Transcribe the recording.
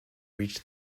reach